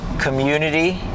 Community